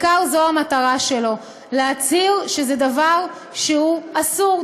זו המטרה שלו: להצהיר שזה דבר שהוא אסור,